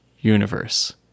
universe